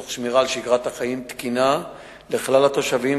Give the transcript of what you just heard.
תוך שמירה על שגרת חיים תקינה לכלל התושבים,